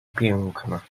piękne